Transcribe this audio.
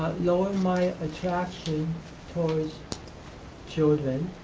lowering my attraction towards children,